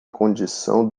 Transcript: condição